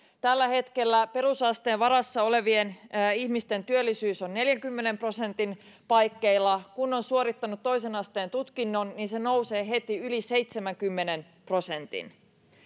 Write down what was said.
tällä hetkellä perusasteen varassa olevien ihmisten työllisyys on neljänkymmenen prosentin paikkeilla kun on suorittanut toisen asteen tutkinnon niin se nousee heti yli seitsemänkymmenen prosentin